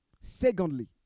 Secondly